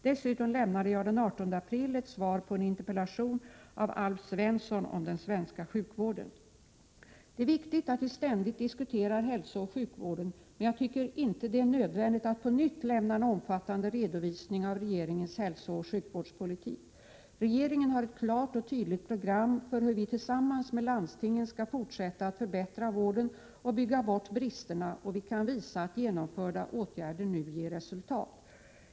Dessutom lämnade jag den 18 april ett svar på en interpellation av Alf Svensson om den svenska sjukvården. Det är viktigt att vi ständigt diskuterar hälsooch sjukvården, men jag tycker inte det är nödvändigt att på nytt lämna en omfattande redovisning av regeringens hälsooch sjukvårdspolitik. Regeringen har ett klart och tydligt program för hur vi tillsammans med landstingen skall fortsätta att förbättra vården och bygga bort bristerna, och vi kan visa att genomförda åtgärder nu ger resultet.